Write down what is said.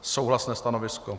Souhlasné stanovisko.